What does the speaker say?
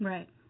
Right